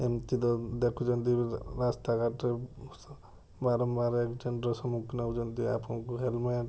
ଏମତି ଦ ଦେଖୁଛନ୍ତି ରାସ୍ତା ଘାଟ ବାରମ୍ବାର ଆକ୍ସିଡ଼େଣ୍ଟର ସମ୍ମୁଖୀନ ହଉଛନ୍ତି ଆପଣଙ୍କୁ ହେଲମେଟ